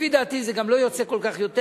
לפי דעתי זה גם לא יוצא כל כך יותר,